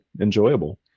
enjoyable